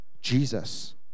Jesus